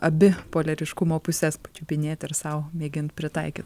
abi poliariškumo puses pačiupinėt ir sau mėgint pritaikyt